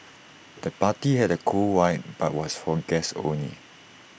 the party had A cool vibe but was for guests only